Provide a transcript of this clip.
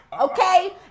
okay